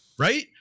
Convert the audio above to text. right